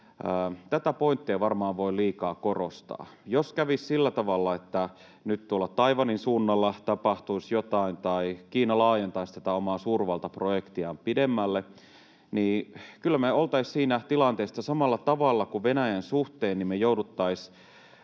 tätä pointtia ei varmaan voi liikaa korostaa. Jos kävisi sillä tavalla, että nyt tuolla Taiwanin suunnalla tapahtuisi jotain tai Kiina laajentaisi tätä omaa suurvaltaprojektiaan pidemmälle, niin kyllä me olisimme siinä tilanteessa, että samalla tavalla kuin Venäjän suhteen me joutuisimme